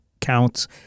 counts